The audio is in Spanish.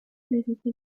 edificio